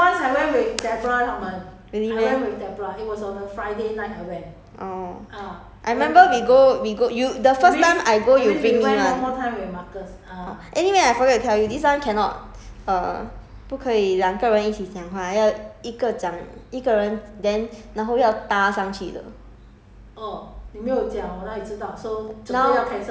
you did lah we went together lah no really meh orh I remember we go we go you the first time I go you bring me [one] anyway I forget to tell this one cannot err 不可以两个人一起讲话要一个讲一个人 then 然后要搭上去的